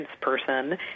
person